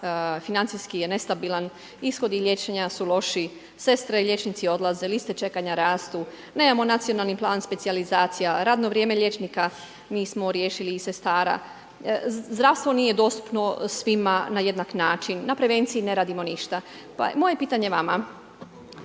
financijski je nestabilan, ishodi liječenja su lošiji, sestre i liječnici odlaze, liste čekanja rastu, nemamo nacionalni plan specijalizacija, radno vrijeme liječnika nismo riješili i sestara, zdravstvo nije dostupno svima na jednak način, na prevenciji ne radimo ništa. Moje pitanje vama,